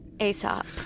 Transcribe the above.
Aesop